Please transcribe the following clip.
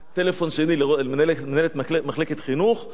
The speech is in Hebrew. טלפון שני למנהלת מחלקת חינוך,